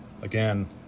Again